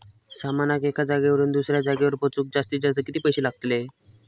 सामानाक एका जागेवरना दुसऱ्या जागेवर पोचवूक जास्तीत जास्त किती पैशे लागतले?